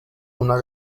una